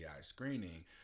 screening